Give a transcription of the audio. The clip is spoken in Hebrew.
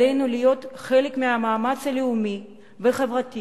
עלינו להיות חלק מהמאמץ הלאומי והחברתי